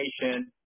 information